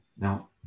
Now